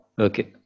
Okay